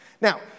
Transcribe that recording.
Now